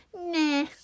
nah